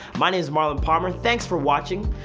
my name's marlon palmer. thanks for watching.